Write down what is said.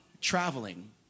Traveling